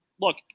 look